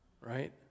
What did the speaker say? Right